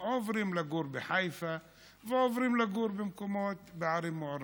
עוברים לגור בחיפה ועוברים לגור בערים המעורבות.